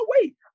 wait